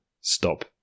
stop